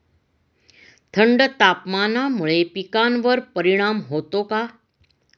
थंड तापमानामुळे पिकांवर परिणाम होतो का?